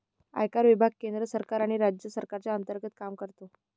आयकर विभाग केंद्र सरकार आणि राज्य सरकारच्या अंतर्गत काम करतो